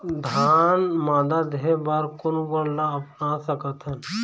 धान मादा देहे बर कोन उपकरण ला अपना सकथन?